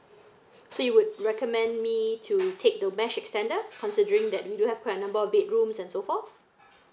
so you would recommend me to take the mesh extender considering that we do have quite a number of bedrooms and so forth